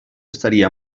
estaria